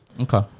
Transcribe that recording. Okay